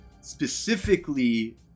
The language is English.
specifically